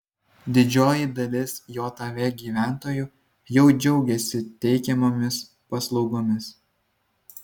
didžioji dalis jav gyventojų jau džiaugiasi teikiamomis paslaugomis